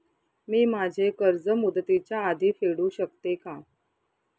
मी माझे कर्ज मुदतीच्या आधी फेडू शकते का?